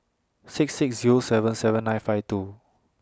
six six Zero seven seven nine five two